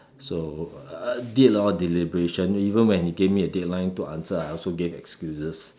so uh did a lot of deliberation even when he gave me a deadline to answer I also gave excuses